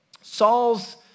Saul's